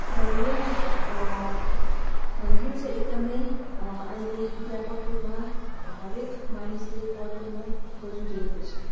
र यो यो चाहिँ एकदमै अहिले व्यापक रूपमा हरेक मानिसले घर घरमै गरिरहेको छ